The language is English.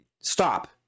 Stop